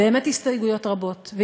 הסתייגויות רבות,